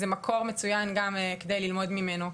זה מקור מצוין גם כדי ללמוד ממנו,